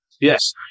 Yes